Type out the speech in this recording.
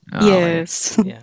Yes